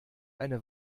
eine